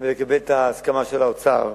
ולקבל את ההסכמה של האוצר,